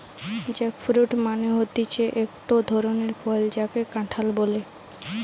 jackfruit মানে হতিছে একটো ধরণের ফল যাকে কাঁঠাল বলে